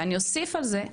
ואני אוסיף על זה,